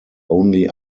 only